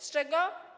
Z czego?